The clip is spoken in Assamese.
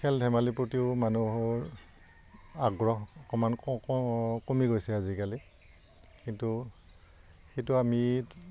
খেল ধেমালিৰ প্ৰতিও মানুহৰ আগ্ৰহ অকণমান ক কমি গৈছে আজিকালি কিন্তু সেইটো আমি